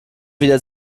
wieder